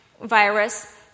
virus